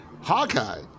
Hawkeye